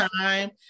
time